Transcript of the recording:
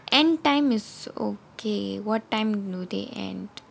end time is okay what time do they end